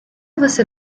você